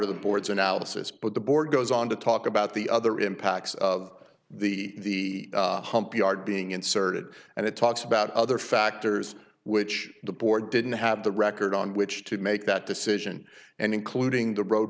of the board's analysis but the board goes on to talk about the other impacts of the hump yard being inserted and it talks about other factors which the board didn't have the record on which to make that decision and including the road